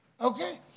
Okay